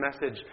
message